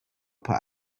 per